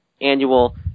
annual